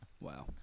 Wow